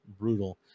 Brutal